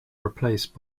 replaced